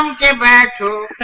um get back to